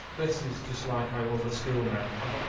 this is just like how it was at school now, i've er,